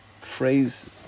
phrase